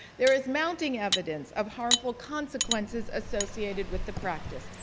there is mounting evidence of harmful consequences associated with the practice,